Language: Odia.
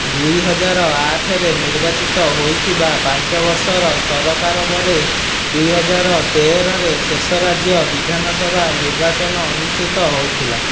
ଦୁଇ ହଜାର ଆଠ ରେ ନିର୍ବାଚିତ ହୋଇଥିବା ପାଞ୍ଚ ବର୍ଷର ସରକାର ପରେ ଦୁଇ ହଜାର ତେର ରେ ଶେଷ ରାଜ୍ୟ ବିଧାନସଭା ନିର୍ବାଚନ ଅନୁଷ୍ଠିତ ହୋଇଥିଲା